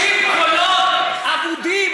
אתם מקוששים קולות אבודים.